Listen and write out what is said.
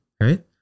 right